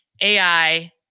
AI